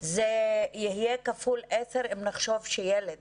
זה יהיה כפול עשר אם נחשוב שילד